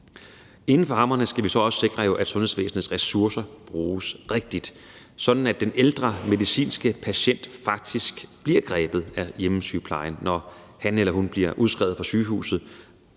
Inden for rammerne skal vi så også sikre, at sundhedsvæsenets ressourcer bruges rigtigt, sådan at den ældre medicinske patient faktisk bliver grebet af hjemmesygeplejen, når han eller hun bliver udskrevet fra sygehuset,